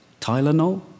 Tylenol